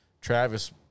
Travis